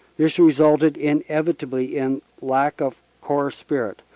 this resulted inevitably in lack of corps spirit,